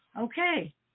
Okay